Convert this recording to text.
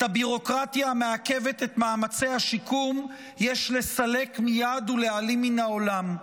את הביורוקרטיה המעכבת את מאמצי השיקום יש לסלק מייד ולהעלים מן העולם.